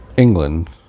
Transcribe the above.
England